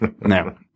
no